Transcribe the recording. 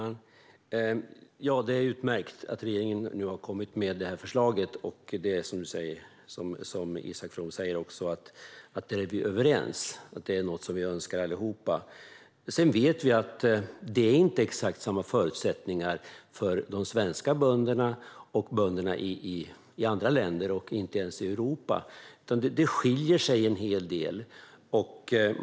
Fru talman! Det är utmärkt att regeringen nu har kommit med detta förslag. Där är vi överens, som Isak From sa, och det är något som vi önskar allihop. Vi vet att det inte är exakt samma förutsättningar för svenska bönder och bönder i andra länder, inte ens i Europa. Det skiljer sig en hel del.